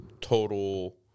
total